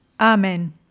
Amen